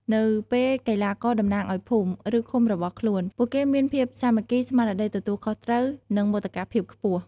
នៅពេលកីឡាករតំណាងឱ្យភូមិ ឬឃុំរបស់ខ្លួន ពួកគេមានភាពសាមគ្គី ស្មារតីទទួលខុសត្រូវ និងមោទកភាពខ្ពស់។